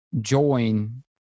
join